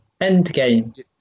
Endgame